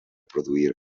produir